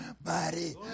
body